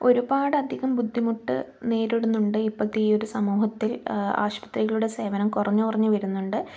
ഒരുപാട് അധികം ബുദ്ധിമുട്ട് നേരിടുന്നുണ്ട് ഇപ്പോഴത്തെ ഈ ഒരു സമൂഹത്തിൽ ആശുപത്രികളുടെ സേവനം കുറഞ്ഞ് കുറഞ്ഞ് വരുന്നുണ്ട്